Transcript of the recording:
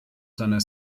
seiner